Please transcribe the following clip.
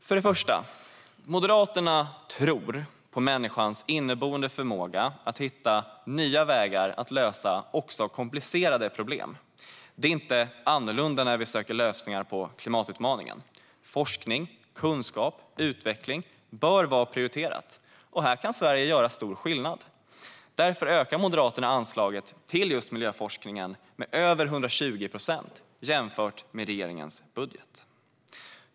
För det första tror Moderaterna på människans inneboende förmåga att hitta nya vägar för att lösa också komplicerade problem. Det är inte annorlunda när vi söker lösningar på klimatutmaningen - forskning, kunskap och utveckling bör vara prioriterat. Här kan Sverige göra stor skillnad. Därför ökar Moderaterna anslaget till just miljöforskningen med över 120 procent jämfört med regeringens budget.